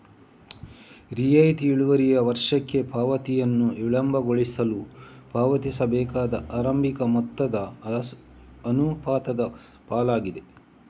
ರಿಯಾಯಿತಿ ಇಳುವರಿಯು ವರ್ಷಕ್ಕೆ ಪಾವತಿಯನ್ನು ವಿಳಂಬಗೊಳಿಸಲು ಪಾವತಿಸಬೇಕಾದ ಆರಂಭಿಕ ಮೊತ್ತದ ಅನುಪಾತದ ಪಾಲಾಗಿದೆ